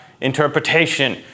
interpretation